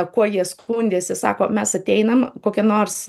kuo jie skundėsi sako mes ateinam kokia nors